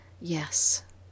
Yes